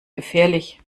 gefährlich